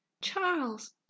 Charles